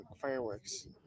fireworks